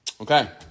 Okay